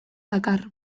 dakar